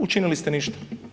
Učinili ste ništa.